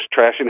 trashing